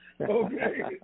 Okay